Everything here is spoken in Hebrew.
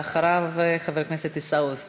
ואחריו, חבר הכנסת עיסאווי פריג',